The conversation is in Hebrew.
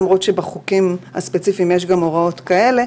למרות שבחוקים הספציפיים יש גם הוראות כאלה,